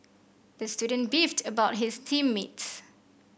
the student beefed about his team mates